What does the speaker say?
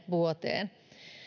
vuoteen